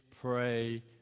pray